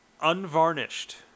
Unvarnished